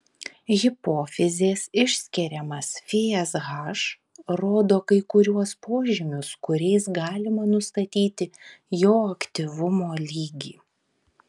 hipofizės išskiriamas fsh rodo kai kuriuos požymius kuriais galima nustatyti jo aktyvumo lygį